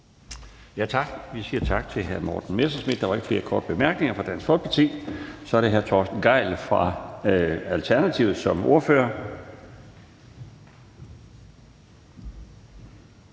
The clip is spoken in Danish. Tak. Vi siger tak til hr. Morten Messerschmidt. Der er ikke flere korte bemærkninger til Dansk Folkeparti. Så er det hr. Torsten Gejl som ordfører